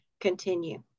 continue